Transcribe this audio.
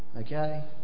Okay